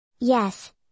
Yes